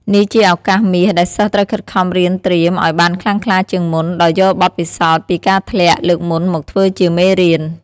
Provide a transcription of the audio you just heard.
នេះជាឱកាសមាស ដែលសិស្សត្រូវខិតខំរៀនត្រៀមឲ្យបានខ្លាំងក្លាជាងមុន ដោយយកបទពិសោធន៍ពីការធ្លាក់លើកមុនមកធ្វើជាមេរៀន។